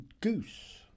goose